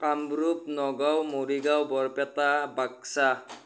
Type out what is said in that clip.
Kamrup Nagaon Morigaon Barpeta Baksa